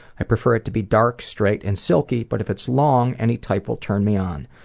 i prefer it to be dark, straight and silky but if it's long, any type will turn me on.